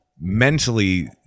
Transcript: mentally